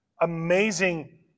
Amazing